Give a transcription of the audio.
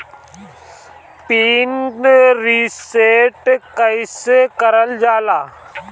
Pin reset कईसे करल जाला?